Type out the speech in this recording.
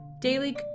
Daily